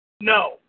No